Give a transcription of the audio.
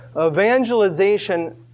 Evangelization